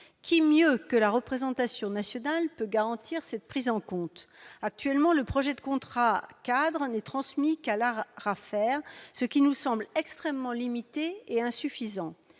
Qui mieux que la représentation nationale peut garantir cette prise en compte ? Actuellement, le projet de contrat-cadre n'est transmis qu'à l'ARAFER, ce qui nous semble extrêmement limité et insuffisant.